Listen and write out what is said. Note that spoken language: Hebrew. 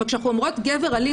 אבל כאשר אנחנו אומרות גבר אלים,